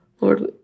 Lord